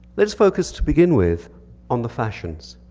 let us focus to begin with on the fashions.